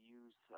use